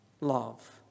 love